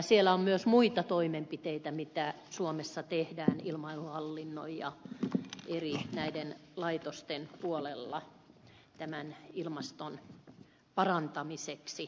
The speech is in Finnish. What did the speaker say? siellä on myös muita toimenpiteitä joita suomessa tehdään ilmailuhallinnon ja eri laitosten puolella lentoliikenteen osalta ilmaston parantamiseksi